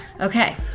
Okay